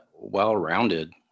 well-rounded